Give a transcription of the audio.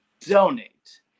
donate